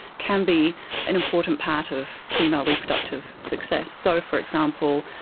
can be an important part of female reproductive success. so, for example,